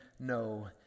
no